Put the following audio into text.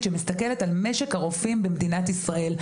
שמסתכלת על משק הרופאים במדינת ישראל.